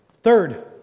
Third